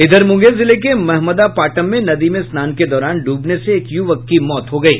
इधर मुंगेर जिले के महमदा पाटम में नदी में स्नान के दौरान डूबने से एक युवक की मौत हो गयी